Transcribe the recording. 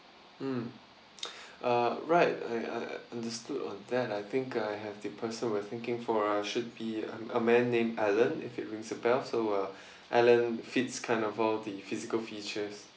mm uh right I I understood on that I think I have the person we're thinking for uh should be a man named alan if it rings a bell so uh alan fits kind of all the physical features